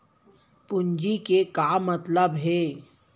पूंजी के का मतलब हे?